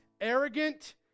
arrogant